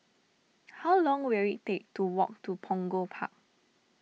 how long will it take to walk to Punggol Park